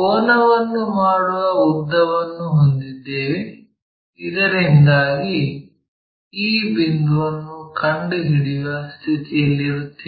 ಕೋನವನ್ನು ಮಾಡುವ ಉದ್ದವನ್ನು ಹೊಂದಿದ್ದೇವೆ ಇದರಿಂದಾಗಿ ಈ ಬಿಂದುವನ್ನು ಕಂಡುಹಿಡಿಯುವ ಸ್ಥಿತಿಯಲ್ಲಿರುತ್ತೇವೆ